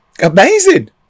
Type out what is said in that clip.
Amazing